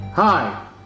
Hi